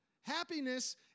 Happiness